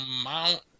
amount